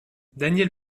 daniel